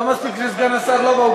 לא מספיק שסגן השר לא בא,